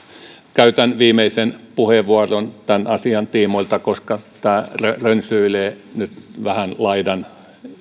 käytän viimeisen puheenvuoron tämän asian tiimoilta koska tämä rönsyilee nyt vähän laidan